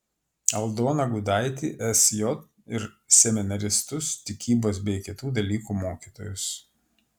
aldoną gudaitį sj ir seminaristus tikybos bei kitų dalykų mokytojus